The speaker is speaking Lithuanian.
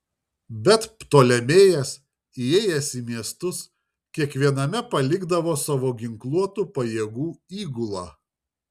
bet ptolemėjas įėjęs į miestus kiekviename palikdavo savo ginkluotų pajėgų įgulą